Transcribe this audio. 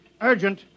Urgent